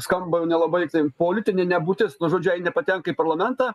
skamba nelabai tai politinė nebūtis nu žodžiu jei nepatenka į parlamentą